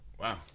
wow